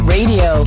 Radio